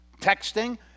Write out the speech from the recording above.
texting